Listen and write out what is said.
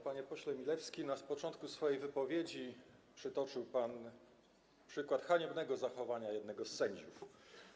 Panie pośle Milewski, na początku swojej wypowiedzi przytoczył pan przykład haniebnego zachowania jednego z sędziów.